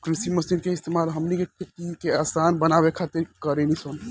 कृषि मशीन के इस्तेमाल हमनी के खेती के असान बनावे खातिर कारेनी सन